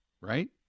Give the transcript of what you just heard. Right